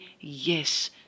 Yes